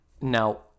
Now